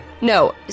No